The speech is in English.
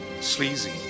sleazy